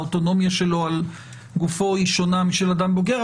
האוטונומיה שלו על גופו היא שונה משל אדם בוגר,